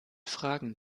fragen